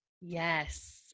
Yes